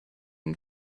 nun